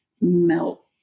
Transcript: melt